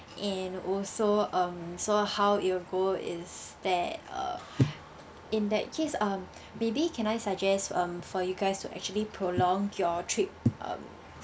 and also um so how it'll go is that uh in that case um maybe can I suggest um for you guys to actually prolong your trip um